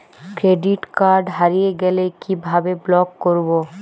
Credit card হারিয়ে গেলে কি ভাবে ব্লক করবো?